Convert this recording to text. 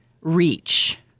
reach